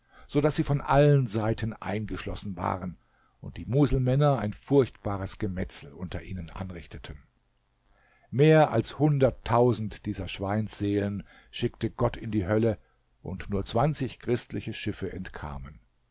so daß sie von allen seiten eingeschlossen waren und die muselmänner ein furchtbares gemetzel unter ihnen anrichteten mehr als hunderttausend dieser schweinsseelen schickte gott in die hölle und nur zwanzig christliche schiffe entkamen